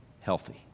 healthy